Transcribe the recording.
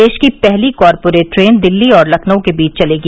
देश की पहली कॉरपोरेट ट्रेन दिल्ली और लखनऊ के बीच चलेगी